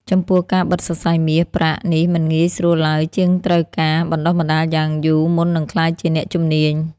ចំពោះការបិទសរសៃមាស ប្រាក់ នេះមិនងាយស្រួលឡើយជាងត្រូវការបណ្តុះបណ្តាលយ៉ាងយូរមុននឹងក្លាយជាអ្នកជំនាញ។